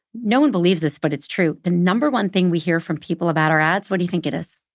no one believes this, but it's true, the number one thing we hear from people about our ads, what do you think it is?